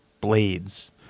blades